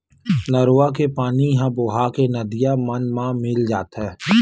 नरूवा के पानी ह बोहा के नदिया मन म मिल जाथे